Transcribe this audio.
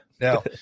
Now